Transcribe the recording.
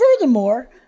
Furthermore